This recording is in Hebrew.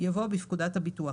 יבוא: בפקודת הביטוח.